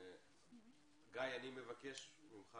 גיא, אני מבקש ממך